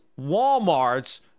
walmart's